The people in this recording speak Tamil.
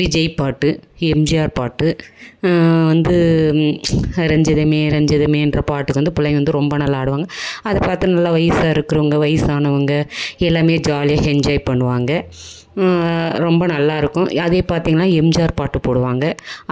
விஜய் பாட்டு எம்ஜிஆர் பாட்டு வந்து ரஞ்சிதமே ரஞ்சிதமேன்ற பாட்டுக்கு வந்து பிள்ளைங்க வந்து ரொம்ப நல்லா ஆடுவாங்க அத பார்த்து நல்லா வயிசா இருக்கிறவங்க வயிசானவங்க எல்லாமே ஜாலியாக என்ஜாய் பண்ணுவாங்க ரொம்ப நல்லா இருக்கும் அதே பார்த்திங்கன்னா எம்ஜிஆர் பாட்டு போடுவாங்க